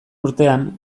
urtean